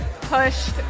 pushed